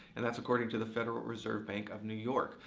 and that's according to the federal reserve bank of new york.